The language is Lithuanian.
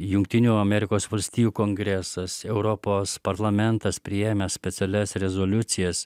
jungtinių amerikos valstijų kongresas europos parlamentas priėmęs specialias rezoliucijas